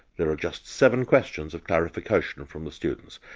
there are just seven questions of clarification from the students,